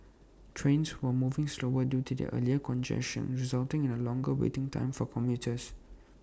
trains were moving slower due to the earlier congestion resulting in A longer waiting time for commuters